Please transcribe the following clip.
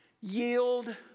yield